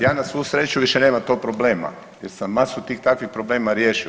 Ja na svu sreću više nemam tog problema, jer sam masu tih, takvih problema riješio.